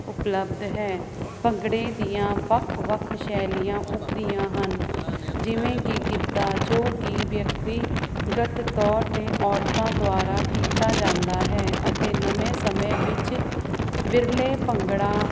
ਉਪਲਬਧ ਹੈ ਭੰਗੜੇ ਦੀਆਂ ਵੱਖ ਵੱਖ ਸ਼ੈਲੀਆਂ ਉਭਰੀਆਂ ਹਨ ਜਿਵੇਂ ਕਿ ਗਿੱਧਾ ਜੋ ਕਿ ਵਿਅਕਤੀਗਤ ਤੌਰ 'ਤੇ ਔਰਤਾਂ ਦੁਆਰਾ ਕੀਤਾ ਜਾਂਦਾ ਹੈ ਅਤੇ ਨਵੇਂ ਸਮੇਂ ਵਿੱਚ ਵਿਰਲੇ ਭੰਗੜਾ